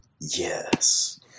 Yes